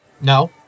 No